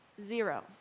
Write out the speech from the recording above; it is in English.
zero